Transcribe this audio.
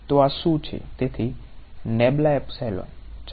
તો આ શું છે